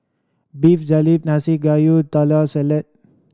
Beef Galbi Nanakusa Gayu Taco Salad